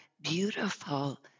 beautiful